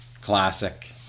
classic